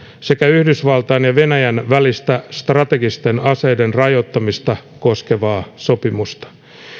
sekä yhdysvaltain ja venäjän välistä strategisten aseiden rajoittamista koskevaa sopimusta